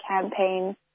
campaign